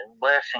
blessing